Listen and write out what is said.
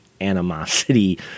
animosity